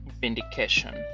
vindication